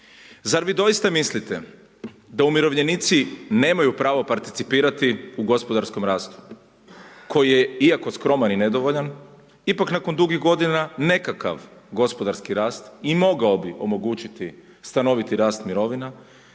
Zar vi doista mislite da umirovljenici nemaju pravo participirati u gospodarskom rastu koji je iako skroman i nedovoljan ipak nakon dugih godina nekakav gospodarski rast i mogao bi omogućiti stanoviti rast mirovina